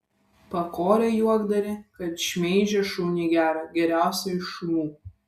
pakorė juokdarį kad šmeižė šunį gerą geriausią iš šunų